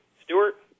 stewart